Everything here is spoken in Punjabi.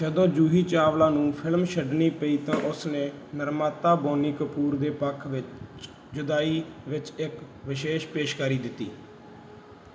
ਜਦੋਂ ਜੂਹੀ ਚਾਵਲਾ ਨੂੰ ਫ਼ਿਲਮ ਛੱਡਣੀ ਪਈ ਤਾਂ ਉਸ ਨੇ ਨਿਰਮਾਤਾ ਬੋਨੀ ਕਪੂਰ ਦੇ ਪੱਖ ਵਿੱਚ ਜੁਦਾਈ ਵਿੱਚ ਇੱਕ ਵਿਸ਼ੇਸ਼ ਪੇਸ਼ਕਾਰੀ ਦਿੱਤੀ